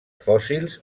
fòssils